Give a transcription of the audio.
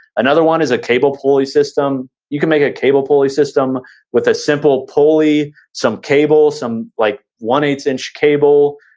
another one is a cable pulley system. you can make a cable pulley system with a simple pulley, some cable, some like one zero eight inch cable,